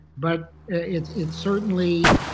but it it certainly,